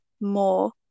more